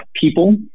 people